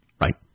Right